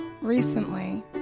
recently